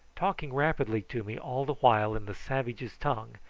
talking rapidly to me all the while in the savages' tongue,